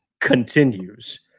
continues